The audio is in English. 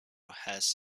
has